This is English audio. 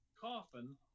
coffin